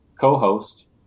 co-host